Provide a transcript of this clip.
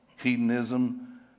Hedonism